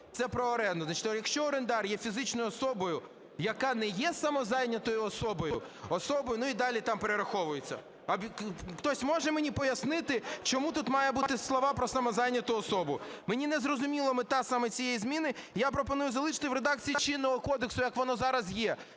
Це про оренду. Якщо орендар є фізичною особою, яка не є самозайнятою особою, особою… Ну, і далі там перераховується. Хтось може мені пояснити, чому тут мають бути слова про самозайняту особу? Мені не зрозуміла мета саме цієї зміни. Я пропоную залишити в редакції чинного кодексу, як воно зараз є.